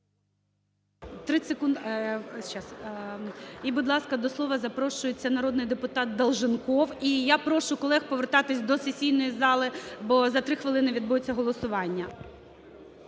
І, будь ласка, до слова запрошується народний депутатДолженков. І я прошу колег повертатися до сесійної зали, бо за три хвилини відбудеться голосування.